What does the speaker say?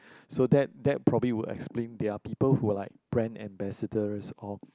so that that probably would explain there are people who like brand ambassadors of